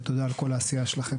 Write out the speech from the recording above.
ותודה על העשייה שלכם.